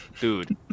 dude